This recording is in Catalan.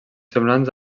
semblants